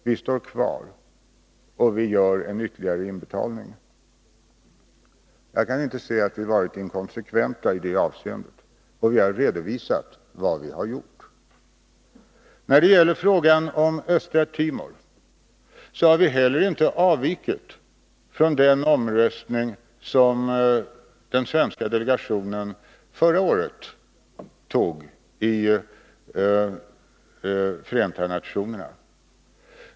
Vi står kvar i banken, och vi gör en ytterligare inbetalning. Jag kan inte se att vi varit inkonsekventa i det avseendet, och vi har redovisat vad vi har gjort. När det gäller frågan om Östra Timor har vi heller inte avvikit från det ställningstagande som den svenska delegationen gjorde förra året vid omröstningen i Förenta nationerna.